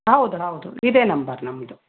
ಹೌದು ಹೌದು ಇದೆ ನಂಬರ್ ನಮ್ಮದು